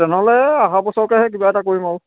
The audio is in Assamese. তেনেহ'লে এ অহা বছৰকেহে কিবা এটা কৰিম আৰু